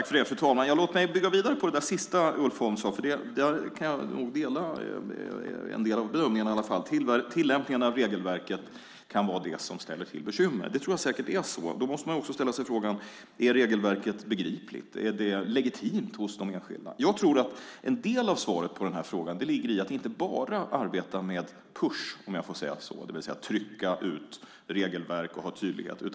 Fru talman! Låt mig bygga vidare på det sista som Ulf Holm sade, för jag kan nog dela en del av bedömningarna i alla fall, att tillämpningarna av regelverket kan vara det som ställer till bekymmer. Jag tror säkert att det är så. Då måste man ställa sig frågan: Är regelverket begripligt? Är det legitimt för de enskilda? Jag tror att en del av svaret på den här frågan ligger i att inte bara arbeta med push , det vill säga att trycka ut regelverk och ha tydlighet.